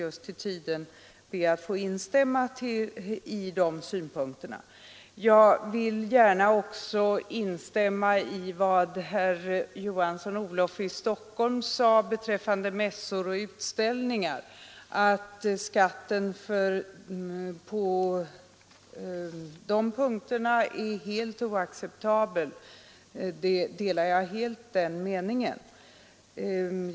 Jag vill gärna också instämma i vad Olof Johansson i Stockholm sade om att reglerna beträffande reklamskatt på mässor och utställningar är helt oacceptabla.